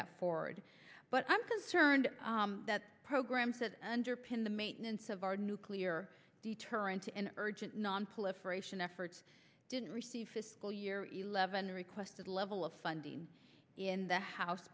that forward but i'm concerned that programs that underpin the maintenance of our nuclear deterrent and urgent nonproliferation efforts didn't receive fiscal year eleven requested level funding in the house